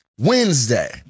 Wednesday